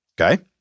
okay